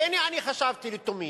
והנה, אני חשבתי לתומי,